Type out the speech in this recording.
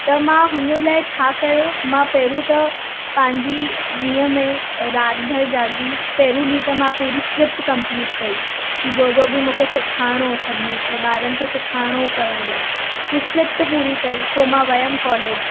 त मां हुन लाइ छा कयो मां पहिरियों त पंहिंजी नियम में राति भर जागी पहरीं ॾींहं त मां पूरी स्क्रिप्ट कम्पलीट कई की जो जो बि मूंखे सिखायणो सभिनी खे ॿारनि खे सिखाणो करण लाइ हू स्क्रिप्ट पूरी कई पोइ मां वयमि कॉलेज